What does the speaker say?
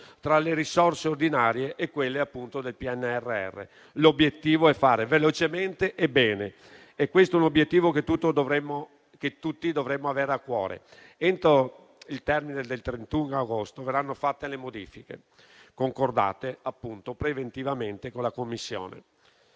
tra le risorse ordinarie e quelle del PNRR. L'obiettivo è fare velocemente e bene. Questo è un obiettivo che tutti dovremmo avere a cuore. Entro il termine del 31 agosto verranno fatte le modifiche concordate preventivamente con la Commissione.